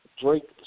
Drake